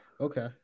Okay